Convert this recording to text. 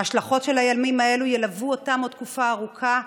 ההשלכות של הימים האלו ילוו אותם עוד תקופה ארוכה,